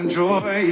joy